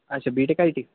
ਅੱਛਾ B tech I T